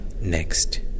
next